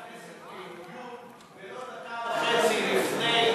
ולא דקה וחצי לפני.